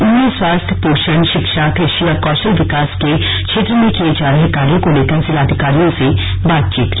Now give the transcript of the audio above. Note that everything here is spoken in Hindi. उन्होंने स्वास्थ्य पोषण शिक्षा क्रषि और कौशल विकास के क्षेत्र में किए जा रहे कार्यों को लेकर जिलाधिकारियों से बातचीत की